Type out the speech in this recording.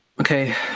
Okay